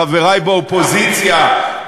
חברי באופוזיציה,